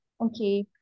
Okay